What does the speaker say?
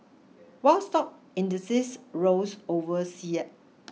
while stock indexes rose over